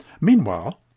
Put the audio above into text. Meanwhile